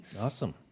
Awesome